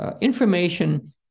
Information